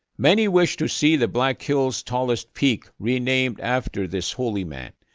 many wish to see the black hills' tallest peak renamed after this holy man,